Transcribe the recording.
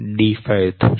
d512 થશે